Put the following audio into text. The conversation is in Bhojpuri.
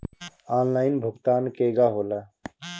आनलाइन भुगतान केगा होला?